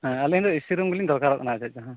ᱟᱹᱞᱤᱧ ᱫᱚ ᱮᱹᱥᱤ ᱨᱩᱢ ᱜᱮᱞᱤᱧ ᱫᱚᱨᱠᱟᱨᱚᱜ ᱠᱟᱱᱟ ᱟᱪᱪᱷᱟ ᱟᱪᱪᱷᱟ ᱦᱮᱸ